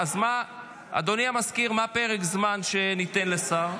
אדוני המזכיר, מה פרק הזמן שניתן לשר?